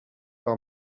par